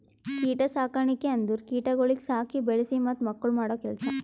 ಕೀಟ ಸಾಕಣಿಕೆ ಅಂದುರ್ ಕೀಟಗೊಳಿಗ್ ಸಾಕಿ, ಬೆಳಿಸಿ ಮತ್ತ ಮಕ್ಕುಳ್ ಮಾಡೋ ಕೆಲಸ